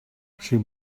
she